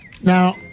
Now